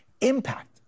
impact